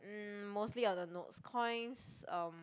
um mostly all the notes coins um